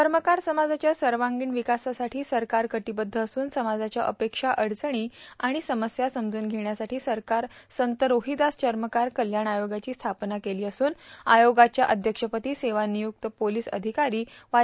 चर्मकार समाजाच्या सर्वांगिण विकासासाठी सरकार कटिबध्द असून समाजाच्या अपेक्षा अडचणी आणि समस्या समजून घेण्यासाठी सरकारन संत रोहिदास चर्मकार कल्याण आयोगाची स्थापना केली असून आयोगाच्या अध्यक्षपदी सेवानिय्क्त पोलिस अधिकारी वाय